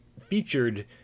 featured